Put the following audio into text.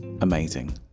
Amazing